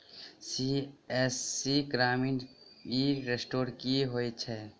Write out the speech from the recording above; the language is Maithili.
सी.एस.सी ग्रामीण ई स्टोर की होइ छै?